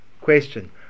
Question